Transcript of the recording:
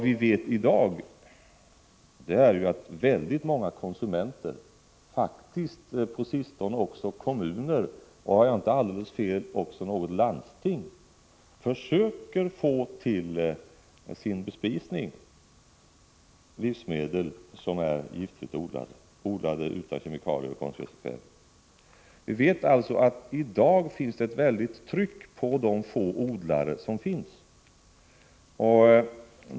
Vi vet i dag att många konsumenter efterfrågar giftfritt odlade livsmedel. På sistone har faktiskt också kommuner och, om jag inte har alldeles fel, även något landsting till sin bespisning försökt få livsmedel som är giftfritt odlade utan kemikalier och konstgödselkväve. Det är därför ett mycket stort tryck på de få ”alternativodlare” som finns.